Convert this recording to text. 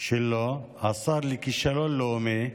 שלו השר לכישלון לאומי,